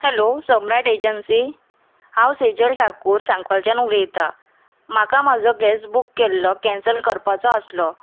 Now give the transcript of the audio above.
hello Samrat agency हांव सेजल ठाकूर सांकवालच्यान उलयतां म्हाका म्हाजो गॅस बूक केल्लो कॅन्सल करपाचो आसलो